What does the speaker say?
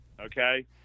okay